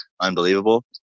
unbelievable